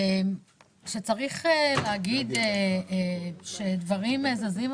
כשצריך להגיד שדברים זזים,